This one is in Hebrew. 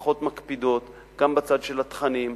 פחות מקפידות, גם בצד של התכנים,